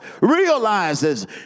realizes